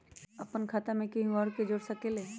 अपन खाता मे केहु आर के जोड़ सके ला?